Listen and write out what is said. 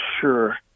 sure